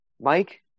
Mike